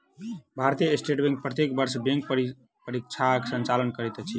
भारतीय state bank प्रत्येक वर्ष बैंक परीक्षाक संचालन करैत अछि